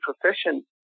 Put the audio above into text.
proficient